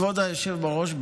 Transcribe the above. כבוד היושב-ראש,